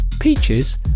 Peaches